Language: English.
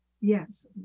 Yes